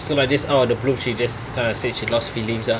so like just out of the blue she just kind of said she lost feelings ah